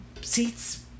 seats